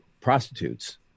prostitutes